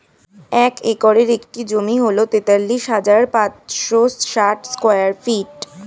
এক একরের একটি জমি হল তেতাল্লিশ হাজার পাঁচশ ষাট স্কয়ার ফিট